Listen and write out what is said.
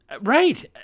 Right